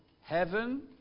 heaven